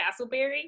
Castleberry